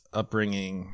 upbringing